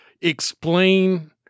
Explain